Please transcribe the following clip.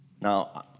now